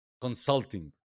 consulting